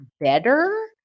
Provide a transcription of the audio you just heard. better